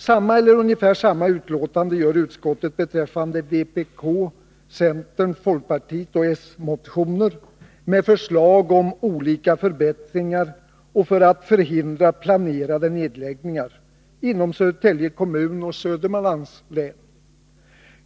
Samma eller ungefär samma utlåtande gör utskottet beträffande motioner från vpk, centern, folkpartiet och socialdemokraterna med förslag om olika förbättringar och för att förhindra planerade nedläggningar inom Södertälje kommun och Södermanlands län.